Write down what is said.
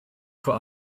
vor